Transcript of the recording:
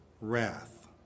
wrath